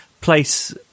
place